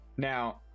Now